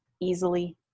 easily